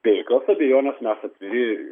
be jokios abejonės mes atviri